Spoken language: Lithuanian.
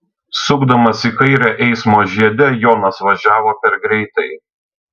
sukdamas į kairę eismo žiede jonas važiavo per greitai